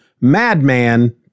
Madman